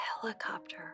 helicopter